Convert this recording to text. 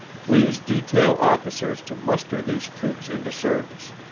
please detail officers to muster these troops into service.